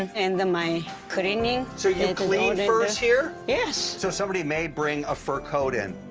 and my cleaning. so you clean furs here? yes. so somebody may bring a fur coat in,